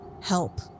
help